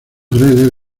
redes